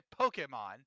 Pokemon